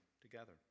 together